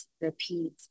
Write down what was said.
repeat